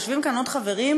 ויושבים כאן עוד חברים,